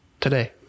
today